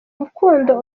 rukundo